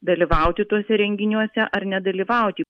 dalyvauti tuose renginiuose ar nedalyvauti